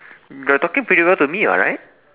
you're talking pretty well to me what right